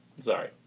sorry